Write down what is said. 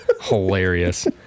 Hilarious